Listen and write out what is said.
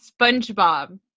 spongebob